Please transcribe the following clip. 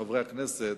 חברי הכנסת,